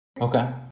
Okay